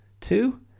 two